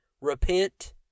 repent